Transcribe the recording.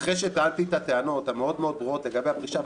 אחרי שטענתי את הטענות המאוד מאוד ברורות לגבי הפרישה,